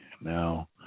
now